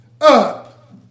up